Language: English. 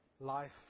life